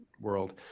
world